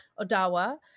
Odawa